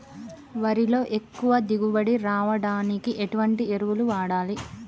వరిలో ఎక్కువ దిగుబడి రావడానికి ఎటువంటి ఎరువులు వాడాలి?